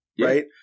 Right